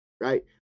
right